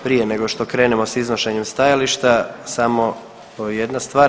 Prije nego što krenemo s iznošenjem stajališta samo jedna stvar.